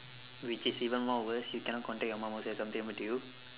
which is even more worse you cannot contact your mum also if something happened to you